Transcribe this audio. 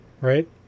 right